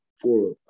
four